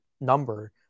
number